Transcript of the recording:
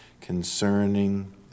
concerning